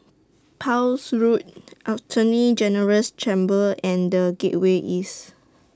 Pepys Road Attorney General's Chambers and The Gateway East